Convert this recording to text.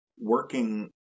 working